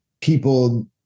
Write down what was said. people